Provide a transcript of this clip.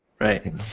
Right